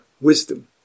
wisdom